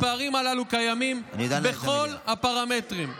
הפערים האלה קיימים בכל הפרמטרים: